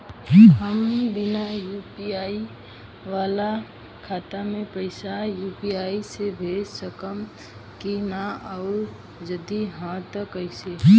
हम बिना यू.पी.आई वाला खाता मे पैसा यू.पी.आई से भेज सकेम की ना और जदि हाँ त कईसे?